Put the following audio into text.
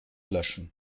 löschen